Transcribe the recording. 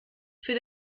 für